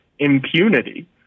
Impunity